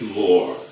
more